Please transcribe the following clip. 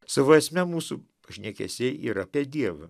savo esme mūsų pašnekesiai yra apie dievą